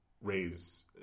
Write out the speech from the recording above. raise